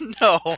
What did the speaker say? No